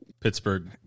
Pittsburgh